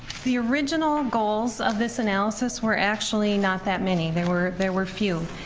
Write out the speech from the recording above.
the original goals of this analysis were actually not that many. there were there were few.